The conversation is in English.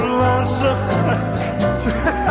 lonesome